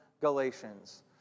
Galatians